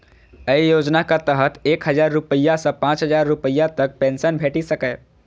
अय योजनाक तहत एक हजार रुपैया सं पांच हजार रुपैया तक पेंशन भेटि सकैए